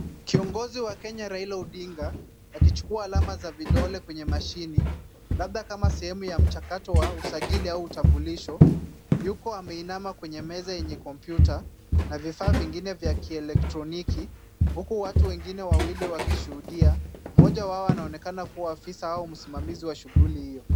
Kiongozi wa Kenya Raila Odinga, akichukua alama za vidole kwenye machine labda kama sehemu ya mchakato wa usajili au utambulisho, yuko ameinama kwenye meza yenye kompyuta na vifaa vingine vya kieletroniki, huku watu wengine wawili wakishuhudia, mmoja wao anaonekana kuwa afisa au msimamizi wa shughuli hiyo.